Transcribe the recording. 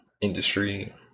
industry